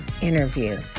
interview